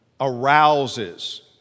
arouses